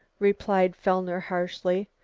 replied fellner harshly.